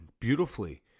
beautifully